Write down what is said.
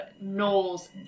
Knowles